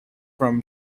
from